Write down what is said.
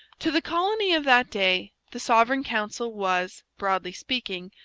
to the colony of that day the sovereign council was, broadly speaking,